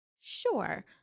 Sure